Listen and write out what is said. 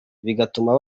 bigatuma